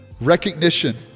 recognition